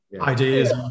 ideas